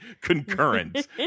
concurrent